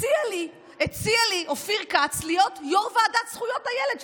הציע לי אופיר כץ להיות יו"ר ועדת זכויות הילד,